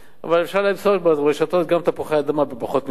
אבל אפשר למצוא ברשתות גם תפוחי אדמה בפחות משקל.